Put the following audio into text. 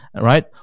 right